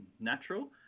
natural